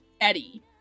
Eddie